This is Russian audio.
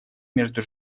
между